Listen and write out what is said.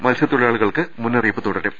മത്സ്യത്തൊഴിലാളികൾക്കുള്ള മുന്നറിയിപ്പ് തുടരും